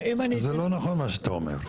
זה לא נכון מה שאתה אומר.